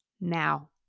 Now